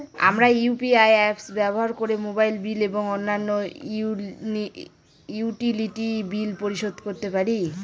আমরা UPI apps ব্যবহার করে মোবাইল বিল এবং অন্যান্য ইউটিলিটি বিল পরিশোধ করতে পারি